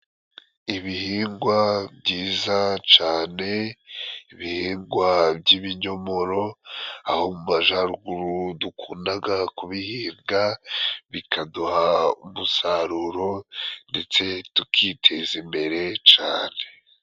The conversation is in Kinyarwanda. Ibihingwa byiza cane, ibihingwa by'ibinyomoro, aho mu majaruguru dukundaga kubihinga, bikaduha umusaruro ndetse tukiteza imbere cane.